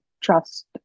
trust